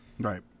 Right